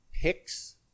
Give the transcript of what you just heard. picks